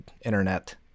internet